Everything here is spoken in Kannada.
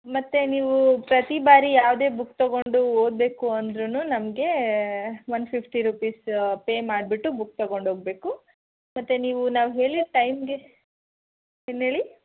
ಮತ್ತೆ ನೀವೂ ಪ್ರತಿ ಬಾರಿ ಯಾವುದೇ ಬುಕ್ ತಗೊಂಡು ಓದಬೇಕು ಅಂದರೂನು ನಮಗೆ ಒನ್ ಫಿಫ್ಟಿ ರೂಪೀಸ್ ಪೇ ಮಾಡಿಬಿಟ್ಟು ಬುಕ್ ತಗೊಂಡು ಹೋಗ್ಬೇಕು ಮತ್ತೆ ನೀವು ನಾವು ಹೇಳಿದ ಟೈಮ್ಗೆ ಏನು ಹೇಳಿ